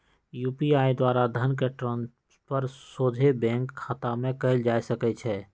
UPI द्वारा धन के ट्रांसफर सोझे बैंक खतामें कयल जा सकइ छै